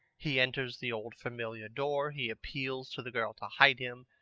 he enters the old familiar door. he appeals to the girl to hide him,